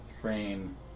frame